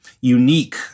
unique